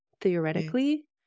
theoretically